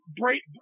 break